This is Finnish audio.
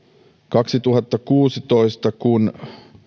kaksituhattakuusitoista kun